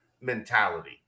mentality